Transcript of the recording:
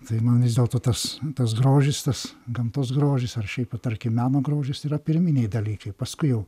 tai man vis dėlto tas tas grožis tas gamtos grožis ar šiaip tarkim meno grožis yra pirminiai dalykai paskui jau